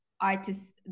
artists